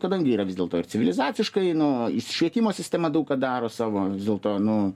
kadangi yra vis dėlto ir civilizaciškai nu švietimo sistema daug ką daro savo vis dėlto nu